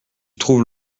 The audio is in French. trouves